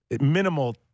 minimal